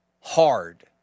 hard